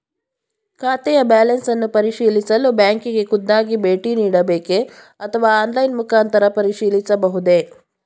ಖಾತೆಯ ಬ್ಯಾಲೆನ್ಸ್ ಅನ್ನು ಪರಿಶೀಲಿಸಲು ಬ್ಯಾಂಕಿಗೆ ಖುದ್ದಾಗಿ ಭೇಟಿ ನೀಡಬೇಕೆ ಅಥವಾ ಆನ್ಲೈನ್ ಮುಖಾಂತರ ಪರಿಶೀಲಿಸಬಹುದೇ?